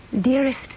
Dearest